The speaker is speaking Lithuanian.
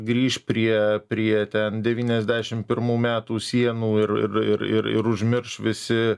grįš prie prie ten devyniasdešim pirmų metų sienų ir ir ir ir ir užmirš visi